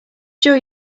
sure